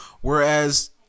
whereas